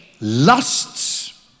lusts